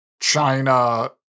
China